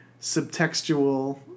subtextual